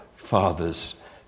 fathers